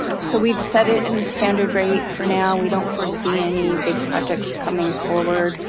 so we've set it in the standard rate for now we don't foresee any big projects coming forward.